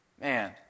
Man